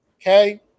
Okay